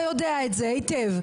אתה יודע את זה היטב,